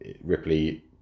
Ripley